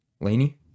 laney